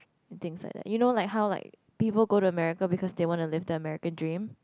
things like that you know like how like people go to America because they want to live their American dream